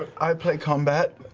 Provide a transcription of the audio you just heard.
i play combat,